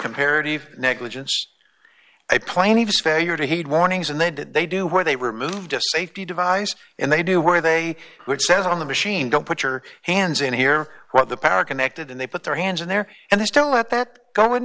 comparative negligence i plaintiff's failure to heed warnings and they did they do where they removed a safety device and they do were they which says on the machine don't put your hands in here what the power connected and they put their hands in there and they still let that go in